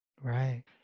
Right